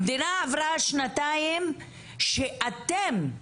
המדינה עברה שנתיים שאתם,